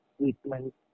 treatment